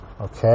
Okay